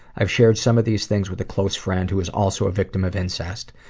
i've shared some of these things with a close friend who is also a victim of incest.